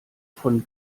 von